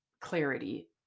clarity